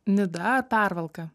nida ar pervalka